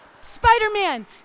Spider-Man